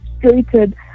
frustrated